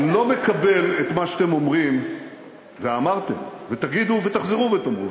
הציבור לא מקבל את מה שאומרים ואמרתם ותגידו ותחזרו ותאמרו,